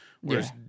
whereas